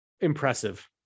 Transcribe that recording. impressive